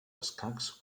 escacs